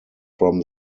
from